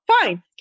Fine